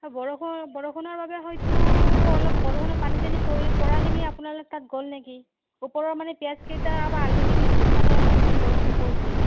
বৰষুণ বৰষুণৰ বাবে হয়তো অলপ বৰষুণৰ পানী চানী পৰি পৰাখিনি আপোনাৰ তাত গ'ল নেকি ওপৰৰ মানে পিঁয়াজ কেইটা বা আলুখিনিত মানে অলপমান বৰষুণ পৰিছিল